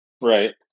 Right